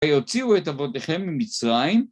יוציאו את אבותיכם ממצרים.